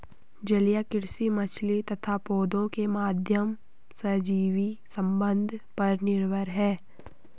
जलीय कृषि मछली तथा पौधों के माध्यम सहजीवी संबंध पर निर्भर है